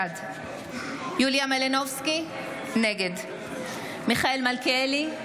בעד יוליה מלינובסקי, נגד מיכאל מלכיאלי,